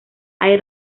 hay